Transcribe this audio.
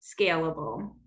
scalable